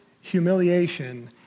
humiliation